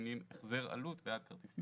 במילים "החזר עלות בעד כרטיס טיסה".